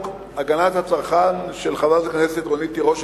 הגנת הצרכן של חברת הכנסת רונית תירוש,